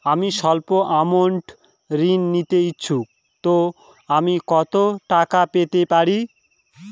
আমি সল্প আমৌন্ট ঋণ নিতে ইচ্ছুক তো আমি কত টাকা পেতে পারি?